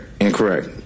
Incorrect